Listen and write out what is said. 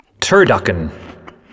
Turducken